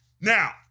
Now